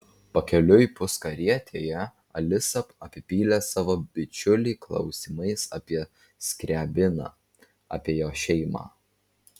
pakeliui puskarietėje alisa apipylė savo bičiulį klausimais apie skriabiną apie jo šeimą